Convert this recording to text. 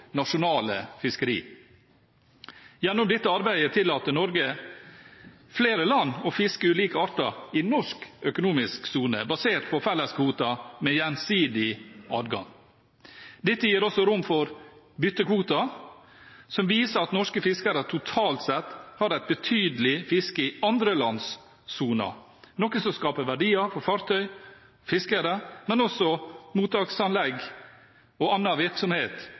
nasjonale fiskeri. Gjennom dette arbeidet tillater Norge flere andre land å fiske ulike arter i norsk økonomisk sone, basert på felleskvoter med gjensidig adgang. Dette gir også rom for byttekvoter, som viser at norske fiskere totalt sett har et betydelig fiske i andre lands soner, noe som skaper verdier for fartøy og fiskere, men også for mottaksanlegg og annen virksomhet